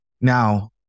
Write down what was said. Now